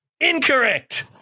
Incorrect